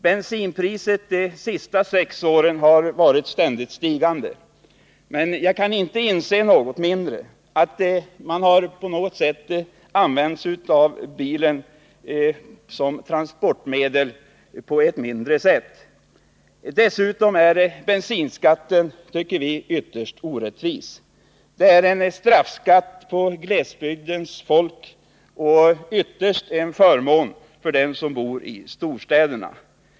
Bensinpriset har under de senaste sex åren ständigt stigit. Trots det kan jag inte se att användningen av bilen som transportmedel har minskat i omfattning. Dessutom är bensinskatten ytterst orättvis. Den är en straffskatt som drabbar glesbygdens folk, och den är ytterst en förmån för dem som bor i storstäderna.